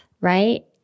right